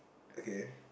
okay